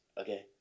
Okay